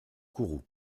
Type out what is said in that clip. kourou